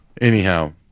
Anyhow